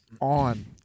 on